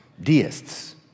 Deists